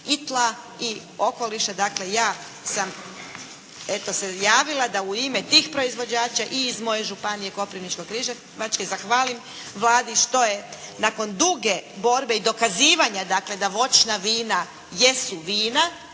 i tla i okoliša. Dakle, ja sam eto, se javila da u ime tih proizvođača i iz moje županije Koprivničko-križevačke zahvalim Vladi što je nakon duge borbe i dokazivanja dakle da voćna vina jesu vina,